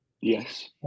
Yes